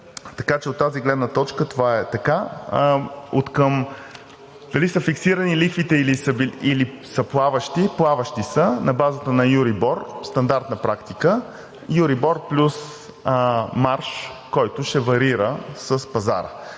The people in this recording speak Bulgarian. така че от тази гледна точка това е така. Откъм дали са фиксирани лихвите, или са плаващи? Плаващи са – на базата на EURIBOR, стандартна практика. EURIBOR плюс марж, който ще варира с пазара,